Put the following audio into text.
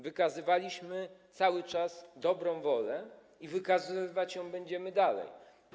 Wykazywaliśmy cały czas dobrą wolę i wykazywać ją będziemy dalej.